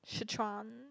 Sichuan